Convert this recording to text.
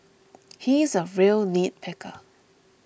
he is a real nitpicker